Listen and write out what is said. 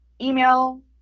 email